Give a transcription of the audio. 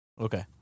Okay